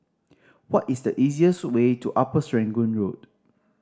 what is the easiest way to Upper Serangoon Road